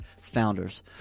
founders